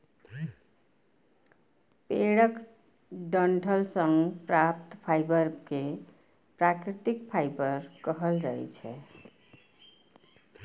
पेड़क डंठल सं प्राप्त फाइबर कें प्राकृतिक फाइबर कहल जाइ छै